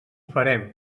farem